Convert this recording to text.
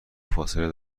فاصله